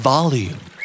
Volume